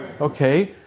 Okay